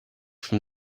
from